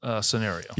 scenario